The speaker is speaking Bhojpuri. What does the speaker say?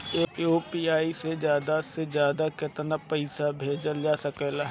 यू.पी.आई से ज्यादा से ज्यादा केतना पईसा भेजल जा सकेला?